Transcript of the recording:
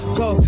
go